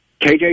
KJ